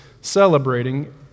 celebrating